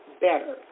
better